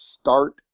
start